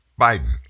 Biden